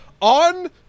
on